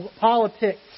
politics